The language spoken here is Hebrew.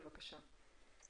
בבקשה.